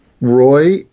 roy